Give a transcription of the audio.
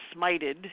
smited